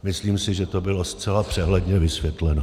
Myslím si, že to bylo zcela přehledně vysvětleno.